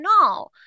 no